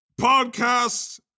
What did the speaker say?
podcast